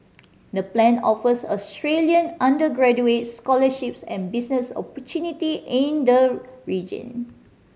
the plan offers Australian undergraduates scholarships and business opportunity in the region